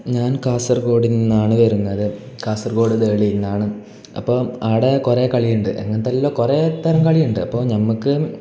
ഞാൻ കാസർഗോഡ് നിന്നാണ് വരുന്നത് കാസർഗോഡ് വെളിയിൽ നിന്നാണ് അപ്പം ആടെ കുറേ കളി ഉണ്ട് എങ്ങനെത്തെയെല്ലാം കുറേ തരം കളി ഉണ്ട് അപ്പം ഞമ്മക്ക്